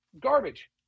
garbage